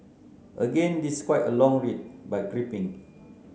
again this quite a long read but gripping